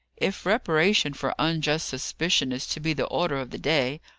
if reparation for unjust suspicion is to be the order of the day,